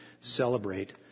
celebrate